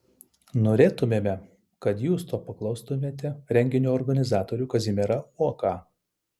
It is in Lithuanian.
norėtumėme kad jūs to paklaustumėte renginio organizatorių kazimierą uoką